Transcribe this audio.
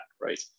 right